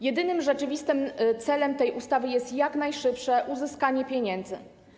Jedynym rzeczywistym celem tej ustawy jest jak najszybsze uzyskanie pieniędzy.